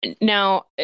Now